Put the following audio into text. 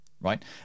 right